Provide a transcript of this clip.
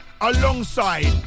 alongside